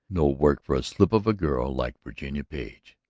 no work for a slip of a girl like virginia page.